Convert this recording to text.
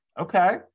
Okay